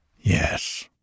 Yes